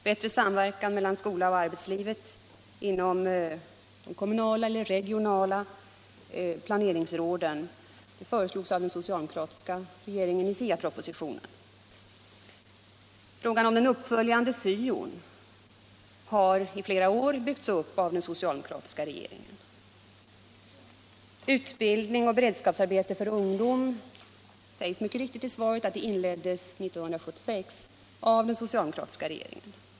Bättre samverkan mellan skola och arbetsliv genom regionala planeringsråd föreslogs av den socialdemokratiska regeringen i SIA-propositionen. Frågan om en uppföljning av SYO-n har i flera år byggts upp av den socialdemokratiska regeringen. Utbildning och beredskapsarbeten för ungdom inleddes, som det mycket riktigt sägs i svaret, 1976, av den socialdemokratiska regeringen.